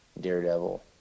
Daredevil